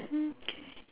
okay